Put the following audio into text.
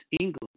England